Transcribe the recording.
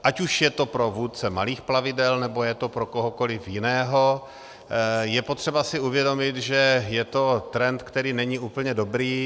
Ať už je to pro vůdce malých plavidel, nebo je to pro kohokoliv jiného, je potřeba si uvědomit, že je to trend, který není úplně dobrý.